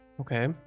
Okay